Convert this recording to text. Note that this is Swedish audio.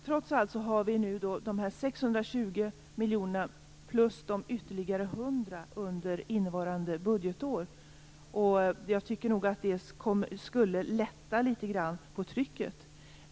Trots allt har vi nu dessa 620 miljonerna plus de ytterligare 100 miljonerna under innevarande budgetår. Jag tycker nog att det skulle lätta litet grand på trycket.